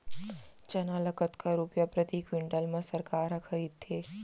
चना ल कतका रुपिया प्रति क्विंटल म सरकार ह खरीदथे?